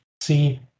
see